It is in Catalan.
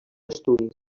estudis